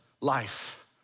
life